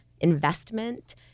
investment